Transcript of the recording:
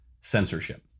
censorship